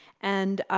and,